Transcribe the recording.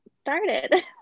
started